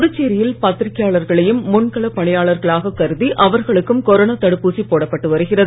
புதுச்சேரியில் பத்திரிக்கையாளர்களையும் முன்களப் பணியாளர்களாக கருதி அவர்களுக்கும் கொரோனா தடுப்பூசி போடப்பட்டு வருகிறது